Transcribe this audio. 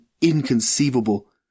inconceivable